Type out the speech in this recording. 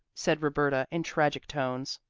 said roberta in tragic tones.